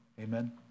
Amen